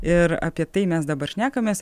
ir apie tai mes dabar šnekamės